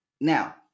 Now